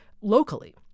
locally